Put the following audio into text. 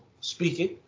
speaking